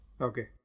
Okay